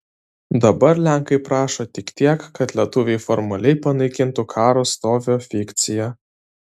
dabar lenkai prašo tik tiek kad lietuviai formaliai panaikintų karo stovio fikciją